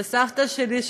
וסבתא שלי,